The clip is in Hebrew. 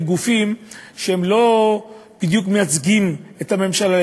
גופים שהם לא בדיוק מייצגים את הממשלה,